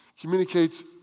Communicates